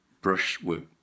brushwork